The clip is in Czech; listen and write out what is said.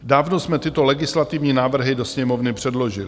Dávno jsme tyto legislativní návrhy do Sněmovny předložili.